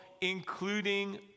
including